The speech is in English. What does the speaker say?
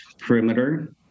perimeter